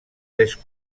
tres